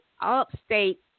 upstate